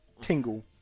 Tingle